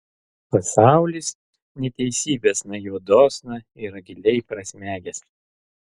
pasaulis neteisybėsna juodosna yra giliai prasmegęs